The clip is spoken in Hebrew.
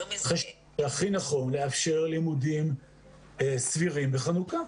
חושבים שהכי נכון לאפשר לימודים סבירים בחנוכה.